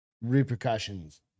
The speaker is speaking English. repercussions